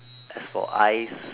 as for eyes